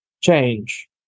Change